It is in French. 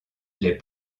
les